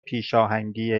پیشاهنگی